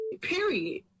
period